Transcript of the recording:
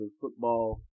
football